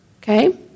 Okay